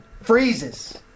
freezes